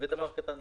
זה דבר קטן מאוד.